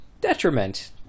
detriment